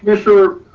ah sure